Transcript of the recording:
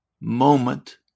moment